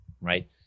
Right